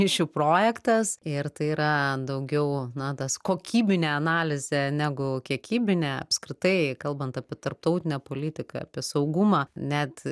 ryšių projektas ir tai yra daugiau na tas kokybinė analizė negu kiekybinė apskritai kalbant apie tarptautinę politiką apie saugumą net